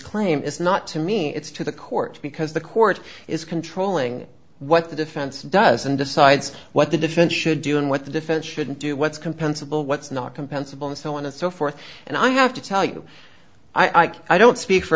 claim is not to me it's to the court because the court is controlling what the defense does and decides what the defense should do and what the defense should do what's compensable what's not compensable and so on and so forth and i have to tell you i don't speak for